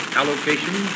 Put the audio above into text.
allocation